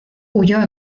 huyó